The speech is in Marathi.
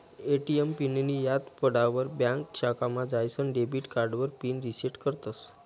ए.टी.एम पिननीं याद पडावर ब्यांक शाखामा जाईसन डेबिट कार्डावर पिन रिसेट करतस